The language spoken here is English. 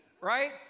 right